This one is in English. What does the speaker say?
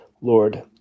Lord